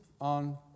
on